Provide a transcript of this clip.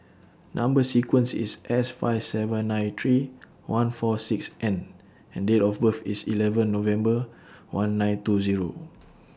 Number sequence IS S five seven nine three one four six N and Date of birth IS eleven November one nine two Zero